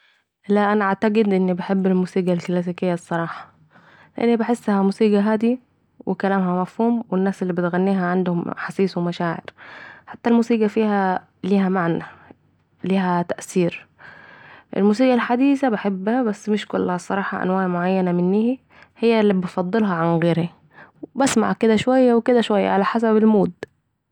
لأ أنا اعتقد..اني بحب الموسيقى الكلاسيكية الصراحه لاني بحسها موسيقى هاااديه و كلامها مفهوم و الناس الي بتغنيها عندهم احساس و مشاعر حتي الموسيقى فيها ليها معني و ليها تأثير، الموسيقى الحديثه، بحبها بس مش كلها الصراحه انواع معينه منيها هي الي بفضلها عن غيرها ، بسمع كده شويه و كده شويه على حسب المود